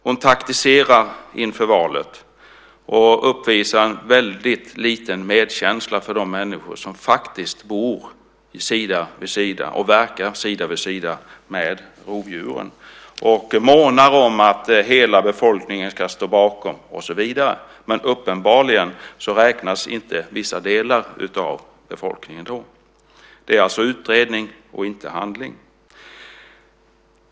Hon taktiserar inför valet och uppvisar väldigt liten medkänsla med de människor som faktiskt bor sida vid sida och verkar sida vid sida med rovdjuren. Hon månar om att hela befolkningen ska stå bakom. Uppenbarligen räknas inte vissa delar av befolkningen. Det är alltså utredning, inte handling.